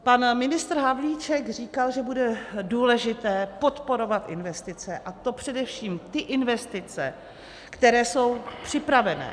Pan ministr Havlíček říkal, že bude důležité podporovat investice, a to především ty investice, které jsou připravené.